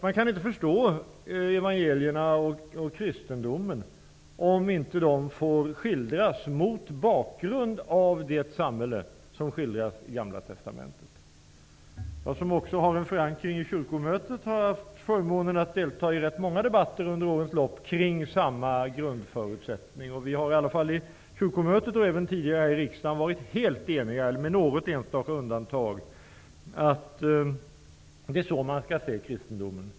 Man kan inte förstå evangelierna, och kristendomen, om de inte får skildras mot bakgrund av det samhälle som skildras i Gamla testamentet. Jag, som också har en förankring i kyrkomötet, har under årens lopp haft förmånen att få delta i ganska många debatter kring detta ämne. Vi har i alla fall i kyrkomötet, och även tidigare här i riksdagen, bortsett från något enstaka undantag varit eniga om att det är så här man skall se på kristendomen.